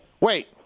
Wait